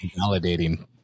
validating